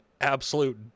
absolute